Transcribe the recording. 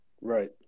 Right